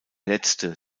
letzte